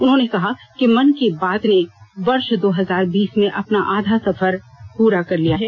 उन्होंने कहा कि मन की बात ने वर्ष दो हजार बीस में अपना आधा सफर अब पूरा कर लिया है